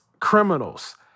criminals